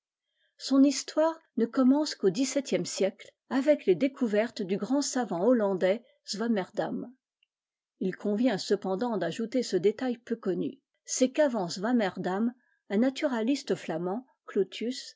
son histoire ne commence qu'au xvu siècle avec les découvertes du grand savant hollandais swammerdam il convient cependant d'ajouter ce détail peu connu c'est qu'avant swammerdam un naturaliste flamand clutius